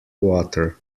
water